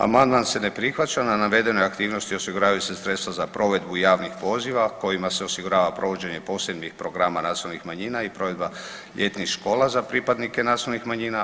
Amandman se ne prihvaća na navedenoj aktivnosti osiguravaju se sredstva za provedbu javnih poziva kojima se osigurava provođenje posebnih programa nacionalnih manjina i provedba ljetnih škola za pripadnike nacionalnih manjina.